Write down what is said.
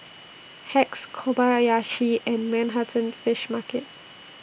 Hacks Kobayashi and Manhattan Fish Market